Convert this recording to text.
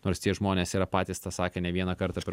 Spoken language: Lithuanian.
nors tie žmonės yra patys tą sakę ne vieną kartą per